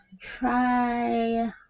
try